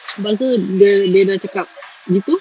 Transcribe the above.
but so dia dia dah cakap gitu